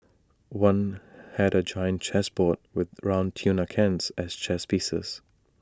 one had A giant chess board with round tuna cans as chess pieces